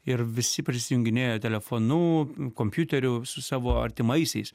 ir visi prisijunginėjo telefonu kompiuteriu su savo artimaisiais